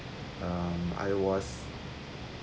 um I was